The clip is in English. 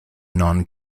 non